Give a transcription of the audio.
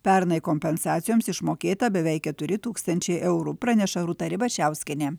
pernai kompensacijoms išmokėta beveik keturi tūkstančiai eurų praneša rūta ribačiauskienė